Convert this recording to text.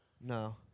no